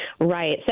Right